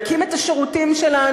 הם מנקים את השירותים שלנו,